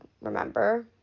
remember